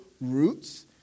roots